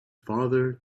father